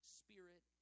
spirit